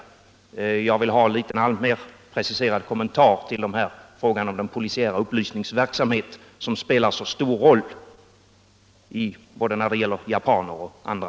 Jag vill ha litet mera preciserade kommentarer till frågan om denna polisiära upplysningsverksamhet, som spelar så stor roll när det gäller både japaner och andra.